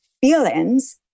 feelings